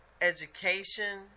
education